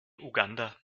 uganda